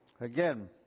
Again